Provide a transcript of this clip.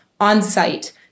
on-site